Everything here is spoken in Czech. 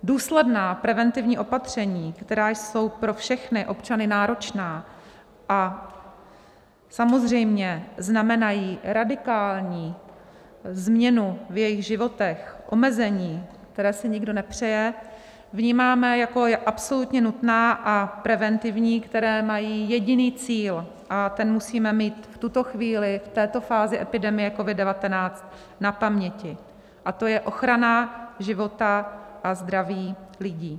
Důsledná preventivní opatření, která jsou pro všechny občany náročná a samozřejmě znamenají radikální změnu v jejich životech, omezení, která si nikdo nepřeje, vnímáme jako absolutně nutná a preventivní, která mají jediný cíl, a ten musíme mít v tuto chvíli, v této fázi epidemie COVID19, na paměti, a to je ochrana života a zdraví lidí.